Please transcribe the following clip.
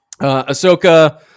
ahsoka